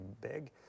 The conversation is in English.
big